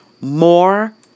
more